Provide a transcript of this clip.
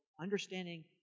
understanding